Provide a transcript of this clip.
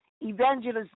Evangelist